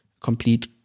complete